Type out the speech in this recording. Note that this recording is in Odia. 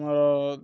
ମୋର